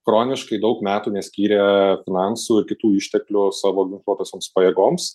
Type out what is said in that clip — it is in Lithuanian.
chroniškai daug metų neskyrė finansų ir kitų išteklių savo ginkluotosioms pajėgoms